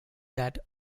that